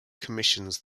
commissions